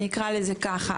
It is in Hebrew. אני אקרא לזה ככה,